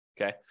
Okay